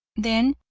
then,